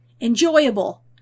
enjoyable